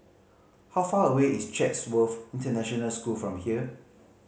how far away is Chatsworth International School from here